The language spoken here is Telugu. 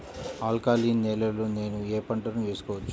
ఆల్కలీన్ నేలలో నేనూ ఏ పంటను వేసుకోవచ్చు?